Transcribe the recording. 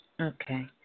Okay